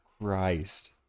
Christ